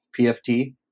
PFT